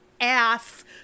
ass